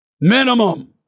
Minimum